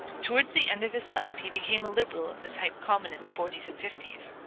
towards the end of his life he became a liberal of the type common in the forties and fifties.